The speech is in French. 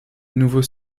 nouveaux